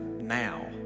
now